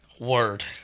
Word